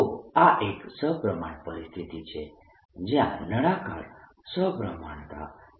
તો આ એક સપ્રમાણ પરિસ્થિતિ છે જ્યાં નળાકાર સપ્રમાણતા છે